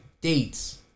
dates